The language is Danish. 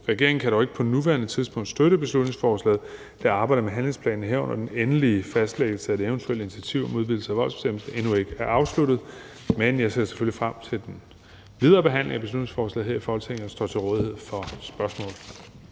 Regeringen kan dog ikke på nuværende tidspunkt støtte beslutningsforslaget, da arbejdet med handlingsplanen, herunder den endelige fastlæggelse af eventuelle initiativer om udvidelse af voldtægtsbestemmelsen endnu ikke afsluttet. Men jeg ser selvfølgelig frem til den videre behandling af beslutningsforslaget her i Folketinget, og jeg står til rådighed for spørgsmål.